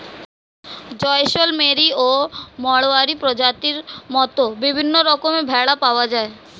জয়সলমেরি ও মাড়োয়ারি প্রজাতির মত বিভিন্ন রকমের ভেড়া পাওয়া যায়